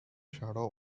shadow